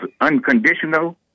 unconditional